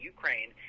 Ukraine